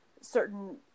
certain